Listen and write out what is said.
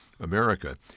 America